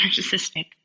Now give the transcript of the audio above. narcissistic